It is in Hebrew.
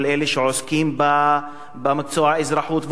כל אלה שעוסקים במקצוע האזרחות,